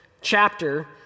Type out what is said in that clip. chapter